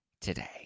today